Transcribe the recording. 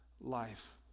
life